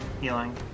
healing